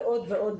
ועוד ועוד,